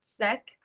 sick